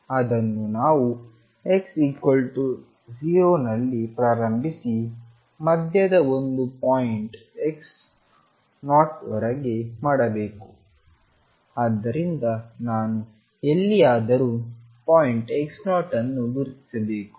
ಅದನ್ನು ನಾವು x0 ನಲ್ಲಿ ಪ್ರಾರಂಭಿಸಿ ಮಧ್ಯದ ಒಂದು ಪಾಯಿಂಟ್ x0 ವರೆಗೆ ಮಾಡಬೇಕು ಆದ್ದರಿಂದ ನಾನು ಎಲ್ಲಿಯಾದರೂ ಪಾಯಿಂಟ್ x0 ಅನ್ನು ಗುರುತಿಸಬೇಕು